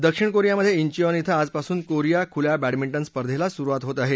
दक्षिण कोरियामध्ये प्रिऑन श्व आजपासून कोरिया खुल्या बॅंडमिंटन स्पर्धेला सुरुवात होत आहे